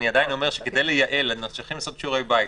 ואני עדיין אומר שכדי לייעל אנחנו צריכים לעשות שיעורי בית.